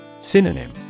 Synonym